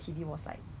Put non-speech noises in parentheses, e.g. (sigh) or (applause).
(laughs)